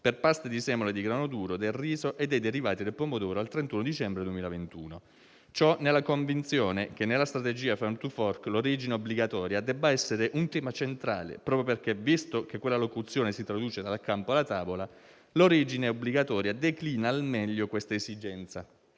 per paste di semola di grano duro, del riso e dei derivati del pomodoro al 31 dicembre 2021. Ciò nella convinzione che nella strategia Farm to fork l'origine obbligatoria debba essere un tema centrale, proprio perché visto che quella locuzione si traduce «dal campo alla tavola», l'origine obbligatoria declina al meglio questa esigenza,